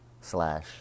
slash